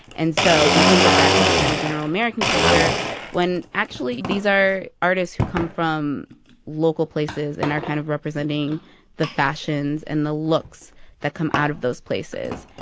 and so we think of that as a kind of general american culture when, actually, these are artists who come from local places and are kind of representing the fashions and the looks that come out of those places.